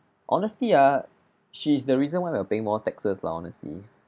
honestly ah she is the reason why we are paying more taxes lah honestly